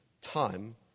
time